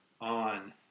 on